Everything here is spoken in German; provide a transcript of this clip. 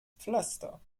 pflaster